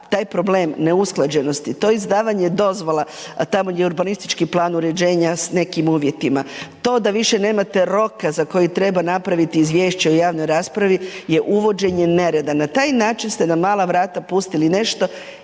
taj problem neusklađenosti, to izdavanje dozvola, a tamo i urbanistički plan uređenja sa nekim uvjetima. To da više nemate roka za koji treba napraviti izvješće o javnoj raspravi je uvođenje nereda. Na taj način ste na mala vrata pustili nešto